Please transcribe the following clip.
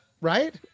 right